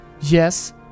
Yes